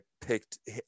picked